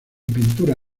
pintura